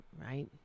right